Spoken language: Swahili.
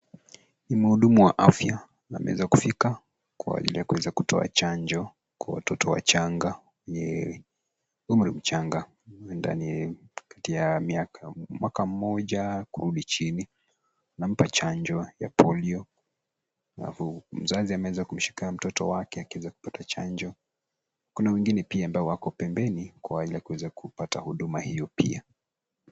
Ni huduma ya afya wameza kufika kwa ajili ya kuweza kutoa chanjo kwa watoto wachanga wenye umri mchanga ndani ya kati ya miaka mwaka mmoja kurudi chini. Anampa chanjo ya polio. Mzazi ameweza kumshika mtoto wake akiweza kupata chanjo. Kuna wengine pia ambao wako pembeni kwa ajili ya kuweza kupata huduma hiyo pia.